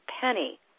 penny